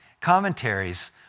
commentaries